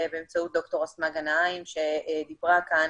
באמצעות ד"ר אסמאא גנאים, שדיברה כאן,